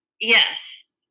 Yes